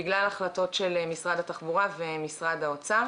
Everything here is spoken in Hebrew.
שיש הבדל בין תושבי הצפון ותושבי הדרום,